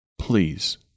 Please